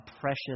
precious